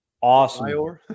awesome